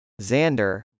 Xander